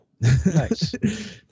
Nice